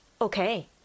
Okay